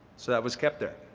so that was kept there.